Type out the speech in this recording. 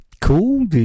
cool